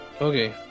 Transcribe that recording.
Okay